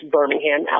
Birmingham